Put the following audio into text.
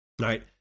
right